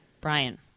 Brian